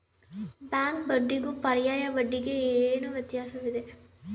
Bank ಬಡ್ಡಿಗೂ ಪರ್ಯಾಯ ಬಡ್ಡಿಗೆ ಏನು ವ್ಯತ್ಯಾಸವಿದೆ?